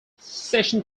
session